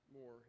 more